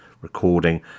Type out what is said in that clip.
recording